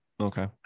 Okay